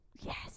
Yes